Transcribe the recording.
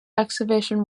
excavation